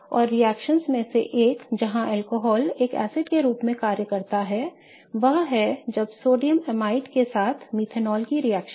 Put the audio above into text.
और रिएक्शनओं में से एक जहां अल्कोहल एक एसिड के रूप में कार्य करता है वह है जब सोडियम एमाइड के साथ मेथनॉल की रिएक्शन